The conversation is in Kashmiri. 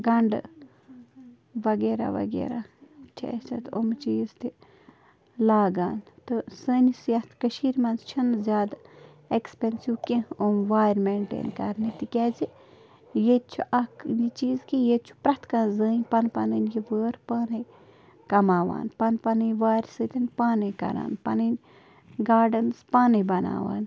گَنٛڈٕ وغیرہ وغیرہ چھِ اَسہِ اَتھ یِمہٕ چیٖز تہِ لاگان تہٕ سٲنِس یَتھ کٔشیٖرِ منٛز چھِنہٕ زیادٕ اٮ۪کٕسپٮ۪نسِو کیٚنہہ یِمہٕ وارِ مٮ۪نٹین کَرنہِ تِکیٛازِ ییٚتہِ چھِ اَکھ یہِ چیٖز کہِ ییٚتہِ چھُ پرٛٮ۪تھ کانٛہہ زٕنۍ پَن پَنٕنۍ یہِ وٲر پانَے کماوان پَن پَنٕنۍ وارِ سۭتۍ پانَے کران پَنٕنۍ گاڈَنٕز پانَے بناوان